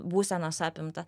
būsenos apimtą